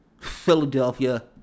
Philadelphia